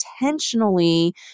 intentionally